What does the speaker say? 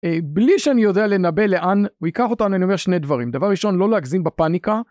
בלי שאני יודע לנבא לאן הוא ייקח אותנו אני אומר שני דברים דבר ראשון לא להגזים בפאניקה